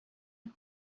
who